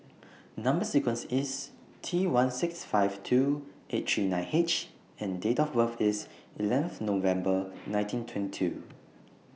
Number sequence IS T one six five two eight three nine H and Date of birth IS eleventh November nineteen twenty two